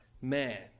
man